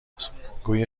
سخنگوی